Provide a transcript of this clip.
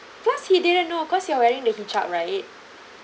plus he didn't know cause you're wearing the hijab right